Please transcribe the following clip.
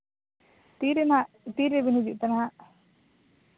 ᱛᱤᱨᱮᱱᱟᱜ ᱛᱤᱨᱮ ᱵᱮᱱ ᱦᱩᱡᱩᱜ ᱠᱟᱱᱟ ᱦᱟᱸᱜ